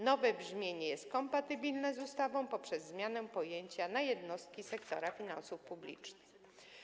Nowe brzmienie jest kompatybilne z ustawą w wyniku zmiany pojęcia na: jednostki sektora finansów publicznych.